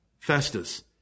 Festus